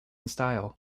style